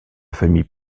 famille